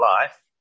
life